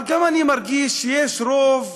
אבל גם אני מרגיש שיש רוב,